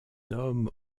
homme